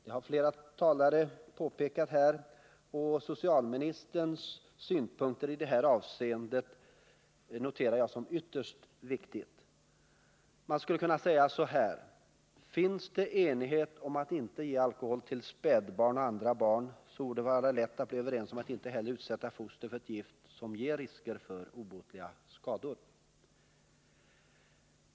Det har flera talare påpekat här, och socialministerns synpunkter i detta avseende noterar jag som ytterst viktiga. Man skulle kunna säga: Finns det enighet om att man inte skall ge alkohol till spädbarn och andra barn, så borde det vara lätt att bli överens om att inte heller utsätta foster för ett gift som ger risker för obotliga skador.